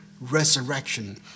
Resurrection